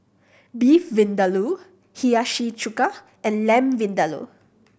Beef Vindaloo Hiyashi Chuka and Lamb Vindaloo